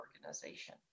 organization